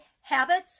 habits